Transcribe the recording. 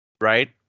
Right